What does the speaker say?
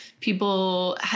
people